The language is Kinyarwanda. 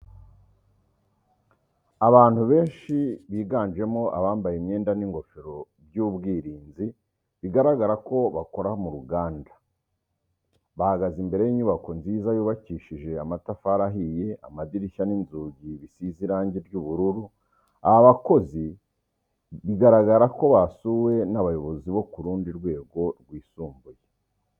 Abantu benshi biganjemo abambaye imyenda n'ingofero by'ubwirinzi bigaragara ko bakora mu ruganda, bahagaze imbere y'inyubako nziza yubakishije amatafari ahiye, amadirishya n'inzugi bisize irangi ry'ubururu, aba bakozi bigaragara ko basuwe n'abayobozi bo ku rundi rwego rwisumbuye.